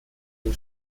den